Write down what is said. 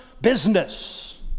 business